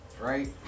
right